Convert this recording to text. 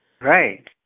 Right